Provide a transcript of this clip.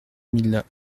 mille